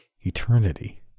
eternity